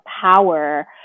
power